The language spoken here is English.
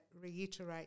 reiterate